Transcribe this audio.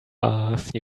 ask